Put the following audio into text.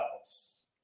else